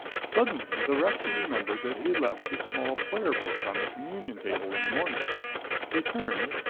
suddenly, the rector remembered that he had left his small prayer book on the communion table in the morning he turned,